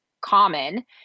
common